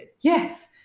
Yes